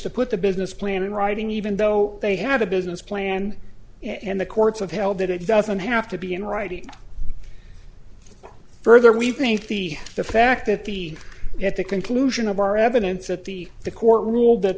to put the business plan in writing even though they have a business plan and the courts have held that it doesn't have to be in writing further we think the the fact that the at the conclusion of our evidence that the the court ruled that